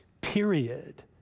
period